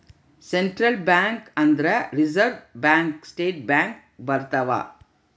central bank ಅಂದ್ರ reserve bank state bank ಬರ್ತವ